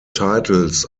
titles